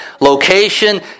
Location